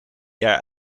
jaar